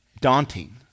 daunting